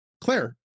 Claire